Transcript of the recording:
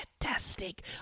fantastic